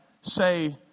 say